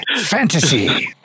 Fantasy